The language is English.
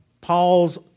Paul's